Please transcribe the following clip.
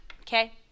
Okay